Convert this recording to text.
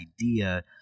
idea